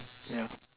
yeah